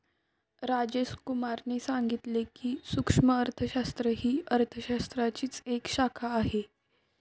राजेश कुमार ने सांगितले की, सूक्ष्म अर्थशास्त्र ही अर्थशास्त्राचीच एक शाखा आहे